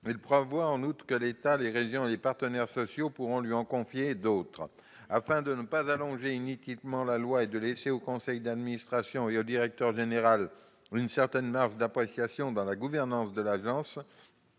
Il prévoit en outre que l'État, les régions et les partenaires sociaux pourront lui en confier d'autres. Afin de ne pas allonger inutilement la loi et de laisser au conseil d'administration et au directeur général une certaine marge d'appréciation dans la gouvernance de l'agence,